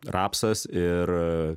rapsas ir